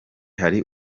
hari